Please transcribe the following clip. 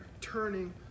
turning